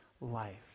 life